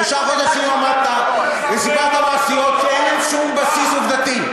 שלושה חודשים עמדת וסיפרת מעשיות שאין להן שום בסיס עובדתי.